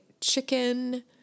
chicken